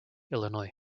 illinois